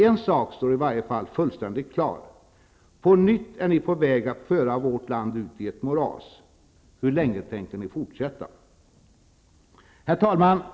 En sak står i varje fall fullständigt klar. Ni är på nytt på väg att föra vårt land ut i ett moras. Hur länge tänker ni fortsätta? Herr talman!